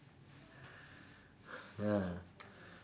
ah